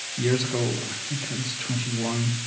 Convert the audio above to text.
years ago i think i was twenty one,